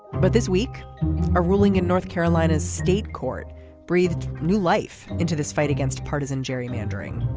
but this week a ruling in north carolina's state court breathed new life into this fight against partisan gerrymandering.